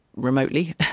remotely